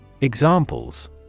Examples